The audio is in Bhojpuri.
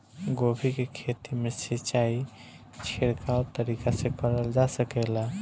गोभी के खेती में सिचाई छिड़काव तरीका से क़रल जा सकेला?